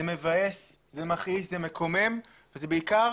זה מבאס, זה מכעיס, זה מקומם וזה בעיקר